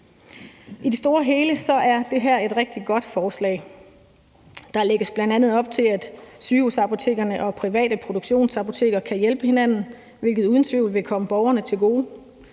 I det store hele er det her et rigtig godt forslag. Der lægges bl.a. op til, at sygehusapotekerne og private produktionsapoteker kan hjælpe hinanden, hvilket uden tvivl vil komme borgerne til gode.